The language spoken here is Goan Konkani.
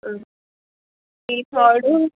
थोड्यू